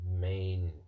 main